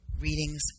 readings